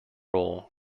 roll